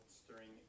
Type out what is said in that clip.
stirring